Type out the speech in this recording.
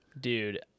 Dude